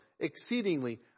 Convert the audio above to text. Exceedingly